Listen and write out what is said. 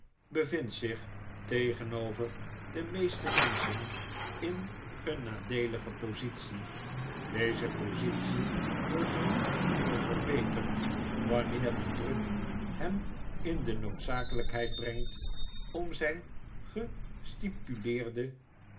bevindt zich tegenover de meeste menschen in een nadeelige positie deze positie wordt er niet door verbeterd wanneer die druk hem in de noodzakelijkheid brengt om zijn gestipuleerde